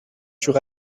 sur